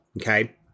Okay